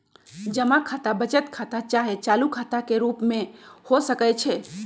जमा खता बचत खता चाहे चालू खता के रूप में हो सकइ छै